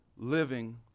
living